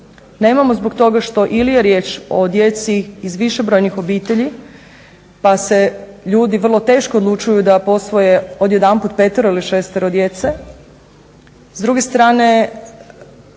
Nemamo zbog toga što ili je riječ o djeci iz višebrojnih obitelji, pa se ljudi vrlo teško odlučuju da posvoje odjedanput petero ili šestero djece.